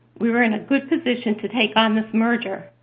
we were in a good position to take on this merger.